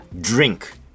drink